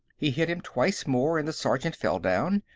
he hit him twice more and the sergeant fell down.